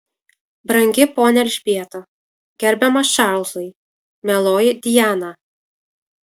brangi ponia elžbieta gerbiamas čarlzai mieloji diana